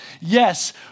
Yes